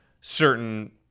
certain